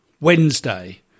Wednesday